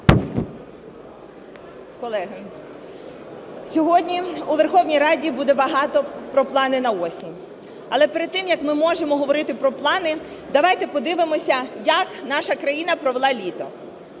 сьогодні у Верховній Раді буде багато про плани на осінь. Але перед тим, як ми зможемо говорити про плани, давайте подивимося, як наша країна провела літо.